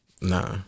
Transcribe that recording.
Nah